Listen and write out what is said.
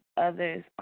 others